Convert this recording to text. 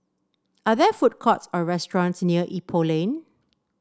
are there food courts or restaurants near Ipoh Lane